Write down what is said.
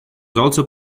also